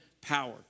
power